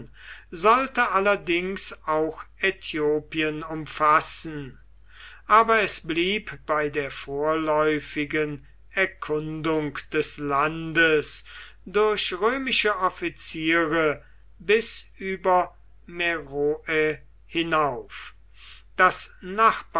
sollte allerdings auch äthiopien umfassen aber es blieb bei der vorläufigen erkundung des landes durch römische offiziere bis über mero hinauf das